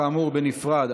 כאמור בנפרד,